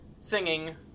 singing